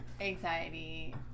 Anxiety